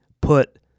put